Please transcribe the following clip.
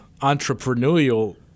entrepreneurial